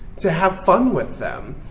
to have fun with them.